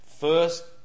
first